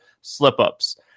slip-ups